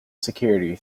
security